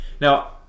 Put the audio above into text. Now